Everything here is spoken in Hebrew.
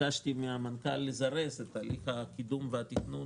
ביקשתי מן המנכ"ל לזרז את הליך הקידום והתכנון